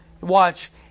Watch